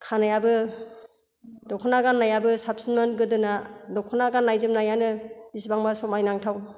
खानायाबो दखना गाननायाबो साबसिनमोन गोदोना दखना गाननाय जोमनायानो बेसेबांबा सोमोनांथाव